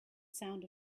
sound